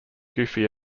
goofy